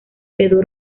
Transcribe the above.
quedó